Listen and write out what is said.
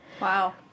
Wow